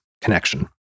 connection